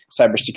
cybersecurity